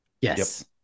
Yes